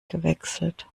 gewechselt